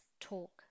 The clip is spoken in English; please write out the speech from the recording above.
talk